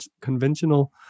conventional